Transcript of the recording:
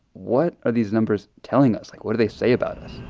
what are these numbers telling us? like what do they say about us?